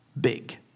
big